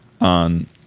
on